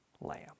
lamb